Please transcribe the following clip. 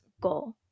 goal